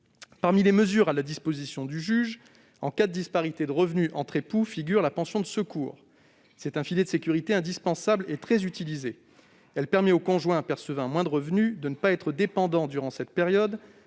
Parmi les mesures à la disposition du juge en cas de disparité de revenus entre époux figure la pension de secours, filet de sécurité indispensable et très utilisé. Cette pension permet au conjoint percevant un moindre revenu de ne pas être dépendant des revenus de